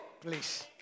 Please